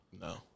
No